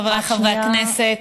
חבריי חברי הכנסת,